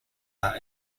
are